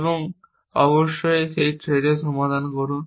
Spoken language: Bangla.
এবং অবশ্যই আপনি সেই থ্রেডর সমাধান করুন